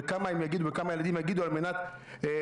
וכמה ילדים הם יגידו על מנת לחזור.